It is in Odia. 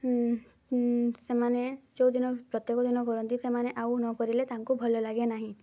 ସେମାନେ ଯେଉଁ ଦିନ ପ୍ରତ୍ୟେକ ଦିନ କରନ୍ତି ସେମାନେ ଆଉ ନ କରିଲେ ତାଙ୍କୁ ଭଲ ଲାଗେ ନାହିଁ